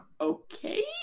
okay